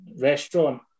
restaurant